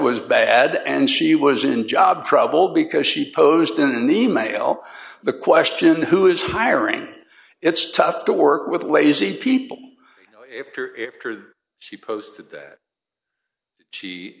was bad and she was in job trouble because she posed in an e mail the question who is hiring it's tough to work with lazy people if her after she posted that she